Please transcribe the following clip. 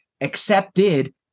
accepted